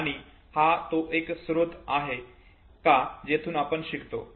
किंवा हा तो एक स्रोत आहे का जेथून आपण शिकतो